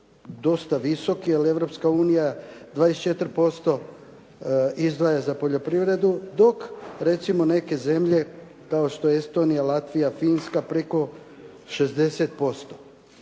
dosta visoki, jer Europska unija 24% izdvaja za poljoprivredu dok recimo neke zemlje kao što je Estonija, Latvija, Finska preko 60%.